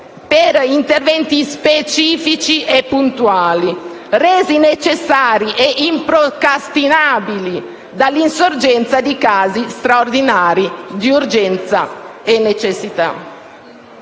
per interventi specifici e puntuali, resi necessari e improcrastinabili dall'insorgere di «casi straordinari di necessità